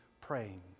praying